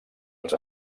els